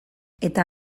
eta